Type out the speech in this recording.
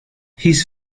his